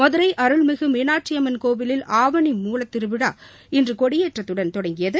மதுரை அருள்மிகு மீனாட்சி அம்மன் கோவிலில் ஆவணி மூலத்திருவிழா இன்று கொடியேற்றத்துடன் தொடங்கியது